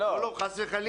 חס וחלילה.